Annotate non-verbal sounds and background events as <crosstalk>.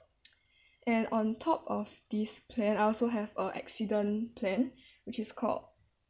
<noise> and on top of this plan I also have a accident plan <breath> which is called